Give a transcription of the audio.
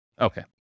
Okay